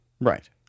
Right